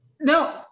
No